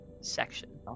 section